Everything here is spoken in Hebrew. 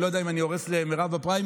אני לא יודע אם אני הורס למירב בפריימריז,